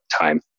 time